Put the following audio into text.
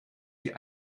die